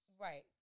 right